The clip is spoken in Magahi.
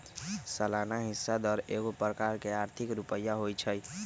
सलाना हिस्सा दर एगो प्रकार के आर्थिक रुपइया होइ छइ